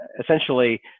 essentially